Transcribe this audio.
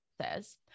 says